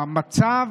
שהמצב